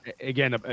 Again